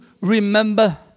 remember